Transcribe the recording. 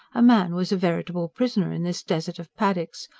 a man was a veritable prisoner in this desert of paddocks,